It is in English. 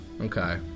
Okay